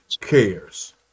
cares